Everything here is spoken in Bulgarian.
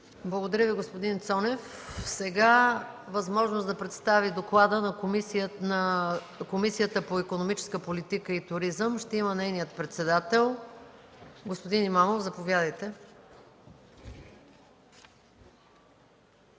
Благодаря, господин Цонев. Сега възможност да представи доклада на Комисията по икономическата политика и туризъм има нейният председател господин Имамов. Заповядайте.